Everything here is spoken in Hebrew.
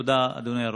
תודה, אדוני היושב-ראש.